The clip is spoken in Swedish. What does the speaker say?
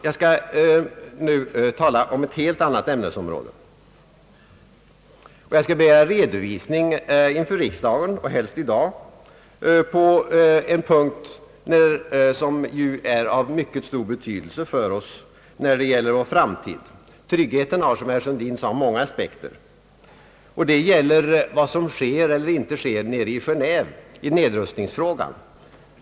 Jag övergår nu till ett helt annat ämnesområde, Jag vill ha en redovisning inför riksdagen, helst i dag, av en punkt som är av mycket stor betydelse för oss när det gäller vår framtid. Tryggheten har, som herr Sundin sade, många aspekter. Den gäller också vad som sker eller inte sker i Genéve i nedrustningsfrågan.